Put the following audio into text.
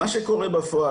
מה שקורה בפועל,